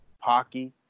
hockey